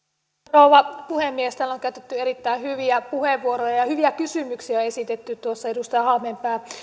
rouva puhemies täällä on käytetty erittäin hyviä puheenvuoroja ja ja hyviä kysymyksiä esitetty tuossa edustaja halmeenpää